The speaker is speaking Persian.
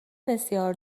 بسیار